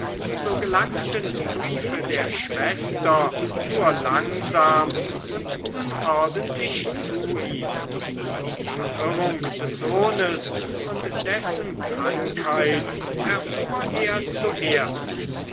so gelangten die briefe der schwester nur langsam und unordentlich zu ihm die verirrung des sohnes und dessen krankheit erfuhr er zuerst